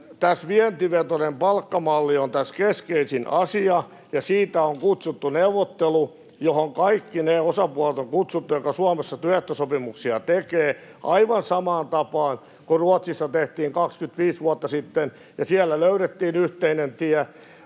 vientivetoinen palkkamalli on tässä keskeisin asia. Siitä on kutsuttu neuvottelu, johon kaikki ne osapuolet on kutsuttu, jotka Suomessa työehtosopimuksia tekevät, aivan samaan tapaan kuin Ruotsissa tehtiin 25 vuotta sitten, ja siellä löydettiin yhteinen tie.